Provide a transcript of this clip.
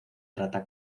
trata